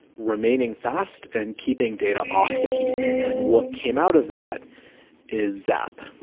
remaining fast and keeping data off the heap. and what came out of that is zap.